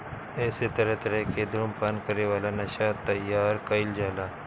एसे तरह तरह के धुम्रपान करे वाला नशा तइयार कईल जाला